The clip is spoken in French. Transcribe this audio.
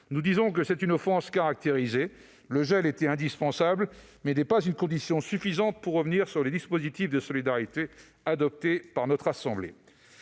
Nous disons, nous, que c'est une offense caractérisée. Le gel était indispensable, mais il n'est pas une condition suffisante pour revenir sur les dispositifs de solidarité adoptés par le Sénat.